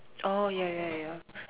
oh ya ya ya